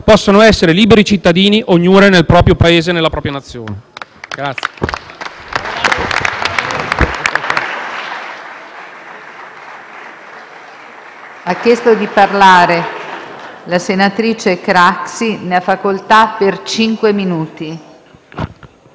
possano essere liberi cittadini, ognuno nel proprio Paese e nella propria Nazione.